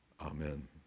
Amen